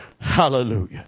Hallelujah